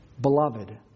Beloved